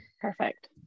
Perfect